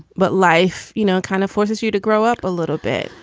but life, you know, kind of forces you to grow up a little bit.